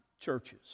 churches